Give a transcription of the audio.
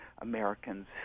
Americans